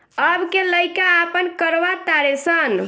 अब के लइका आपन करवा तारे सन